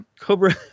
Cobra